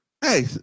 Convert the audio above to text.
Hey